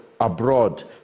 abroad